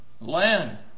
Land